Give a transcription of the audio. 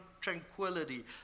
tranquility